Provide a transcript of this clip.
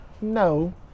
No